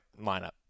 lineup